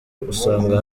usanga